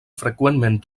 freqüentment